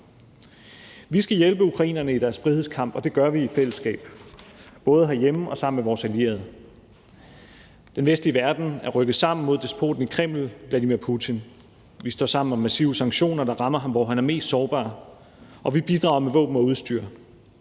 Vi skal hjælpe ukrainerne i deres frihedskamp, og det gør vi i fællesskab – både herhjemme og sammen med vores allierede. Den vestlige verden er rykket sammen mod despoten i Kreml, Vladimir Putin. Vi står sammen om massive sanktioner, der rammer ham, hvor han er mest sårbar, og vi bidrager med våben og udstyr.